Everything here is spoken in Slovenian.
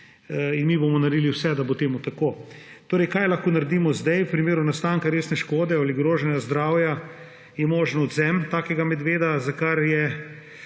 in mi bomo naredili vse, da bo to tako. Kaj lahko naredimo zdaj v primeru nastanka resne škode ali ogrožanja zdravja? Možen je odvzem takega medveda, za kar se